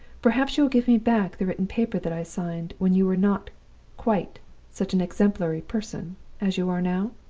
perhaps you will give me back the written paper that i signed, when you were not quite such an exemplary person as you are now